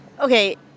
Okay